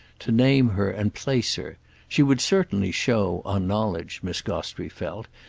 to name her and place her she would certainly show, on knowledge, miss gostrey felt,